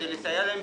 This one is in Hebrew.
רק רגע,